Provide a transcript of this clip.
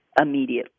immediately